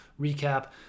recap